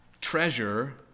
treasure